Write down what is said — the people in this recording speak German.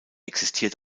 existiert